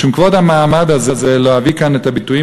משום כבוד המעמד הזה לא אביא כאן את הביטויים